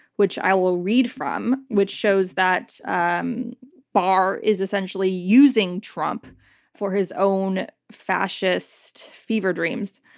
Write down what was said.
which i will read from, which shows that um barr is essentially using trump for his own fascist fever dreams.